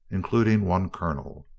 including one colonel.